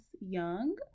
Young